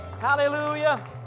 hallelujah